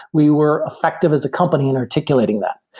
we were effective as a company in articulating that,